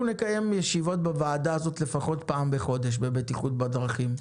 אנחנו נקיים ישיבות בוועדה הזאת לפחות פעם בחודש בבטיחות בדרכים.